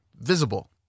visible